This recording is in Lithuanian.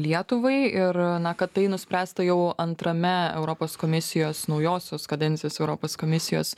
lietuvai ir na kad tai nuspręsta jau antrame europos komisijos naujosios kadencijos europos komisijos